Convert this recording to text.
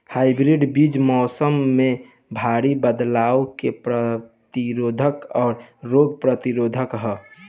hybrid बीज मौसम में भारी बदलाव के प्रतिरोधी और रोग प्रतिरोधी ह